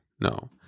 No